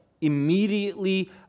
immediately